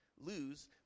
lose